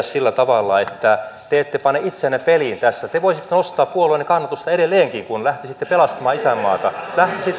sillä tavalla että te ette pane itseänne peliin tässä te voisitte nostaa puolueenne kannatusta edelleenkin kun lähtisitte pelastamaan isänmaata